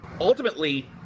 Ultimately